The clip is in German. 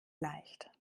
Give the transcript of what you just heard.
leicht